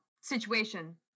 situation